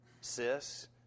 sis